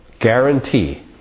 guarantee